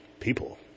People